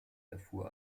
erfuhr